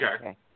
Okay